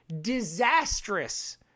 disastrous